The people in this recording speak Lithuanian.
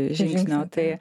žingsnio tai